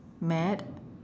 mad